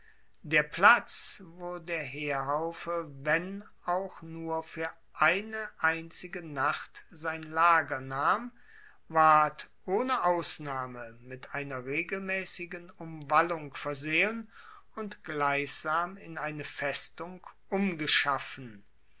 der platz wo der heerhaufe wenn auch nur fuer eine einzige nacht sein lager nahm ward ohne ausnahme mit einer regelmaessigen umwallung versehen und gleichsam in eine festung umgeschaffen